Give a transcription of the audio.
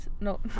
No